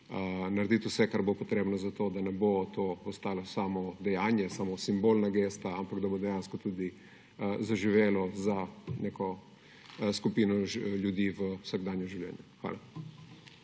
narediti vse, kar bo potrebno za to, da ne bo to ostalo samo dejanje, samo simbolna gesta, ampak da bo dejansko tudi zaživelo za neko skupino ljudi v vsakdanjem življenju. Hvala.